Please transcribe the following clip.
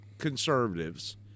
Conservatives